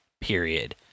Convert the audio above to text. period